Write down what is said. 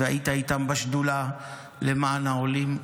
היית איתם בשדולה למען העולים.